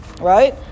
right